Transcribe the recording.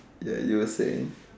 ya you were saying